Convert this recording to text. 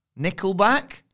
Nickelback